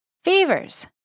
Fevers